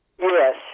Yes